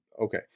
okay